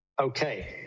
Okay